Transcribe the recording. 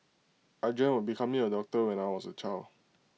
I dreamt of becoming A doctor when I was A child